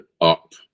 up